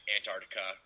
Antarctica